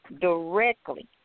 directly